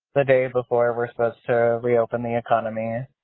the day before recess to re-open the economy.